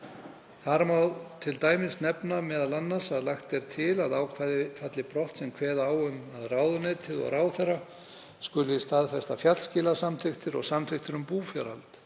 Þar má t.d. nefna að lagt er til að ákvæði falli brott sem kveða á um að ráðuneytið og ráðherra skuli staðfesta fjallskilasamþykktir og samþykktir um búfjárhald.